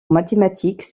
mathématiques